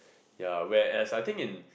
ya whereas I think in